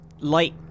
light